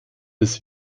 des